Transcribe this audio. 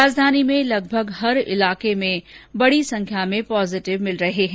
राजधानी में लगभग हर इलाके में बढी संख्या में पॉजिटिव मिल रहे हैं